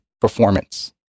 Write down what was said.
performance